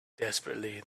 desperately